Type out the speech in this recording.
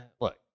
Look